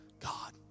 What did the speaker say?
God